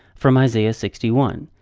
from isaiah sixty one.